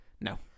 No